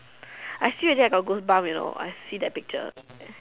I see already I got goose bump you know I see that picture